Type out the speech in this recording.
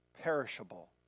perishable